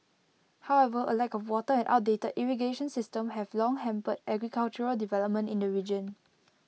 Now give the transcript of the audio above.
however A lack of water and outdated irrigation systems have long hampered agricultural development in the region